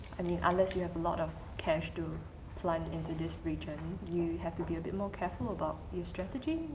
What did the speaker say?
i mean, unless you have a lot of cash to flood into this region, you have to be a bit more careful about your strategy,